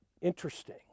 Interesting